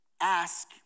Ask